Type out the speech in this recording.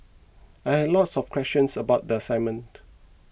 I had lots of questions about the assignment